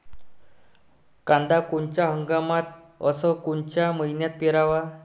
कांद्या कोनच्या हंगामात अस कोनच्या मईन्यात पेरावं?